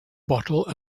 bottle